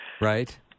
Right